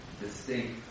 distinct